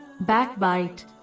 backbite